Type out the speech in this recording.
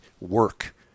work